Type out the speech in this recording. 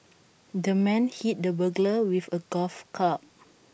the man hit the burglar with A golf club